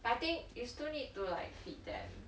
but I think you still need to like feed them